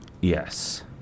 Yes